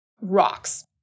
rocks